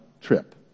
trip